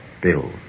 Bill